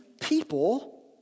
people